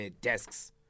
desks